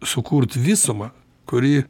sukurt visumą kuri